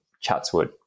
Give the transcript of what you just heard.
Chatswood